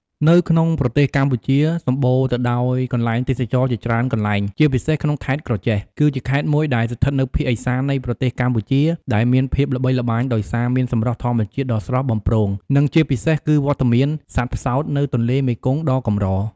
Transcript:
នៅក្នុងប្រទេសកម្ពុជាសម្បូរទៅដោយកន្លែងទេសចរណ៍ជាច្រើនកន្លែងជាពិសេសក្នុងខេត្តក្រចេះ គឺជាខេត្តមួយដែលស្ថិតនៅភាគឦសាននៃប្រទេសកម្ពុជា ដែលមានភាពល្បីល្បាញដោយសារមានសម្រស់ធម្មជាតិដ៏ស្រស់បំព្រង និងជាពិសេសគឺវត្តមានសត្វផ្សោតនៅទន្លេមេគង្គដ៏កម្រ ។